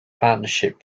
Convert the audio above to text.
partnership